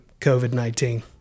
COVID-19